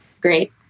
Great